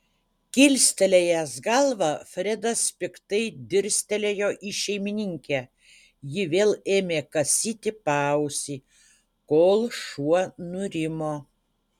kilstelėjęs galvą fredas piktai dirstelėjo į šeimininkę ji vėl ėmė kasyti paausį kol šuo nurimo